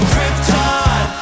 Krypton